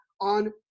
on